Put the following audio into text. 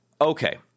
Okay